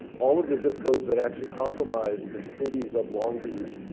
all of the zip codes that actually compromise the cities of long beach,